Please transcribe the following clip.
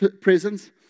presence